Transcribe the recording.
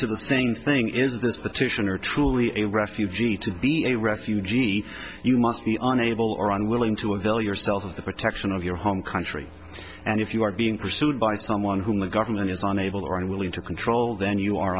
to the same thing is this petitioner truly a refugee to be a refugee you must be unable or unwilling to avail yourself of the protection of your home country and if you are being pursued by someone whom the government is unable or unwilling to control then you are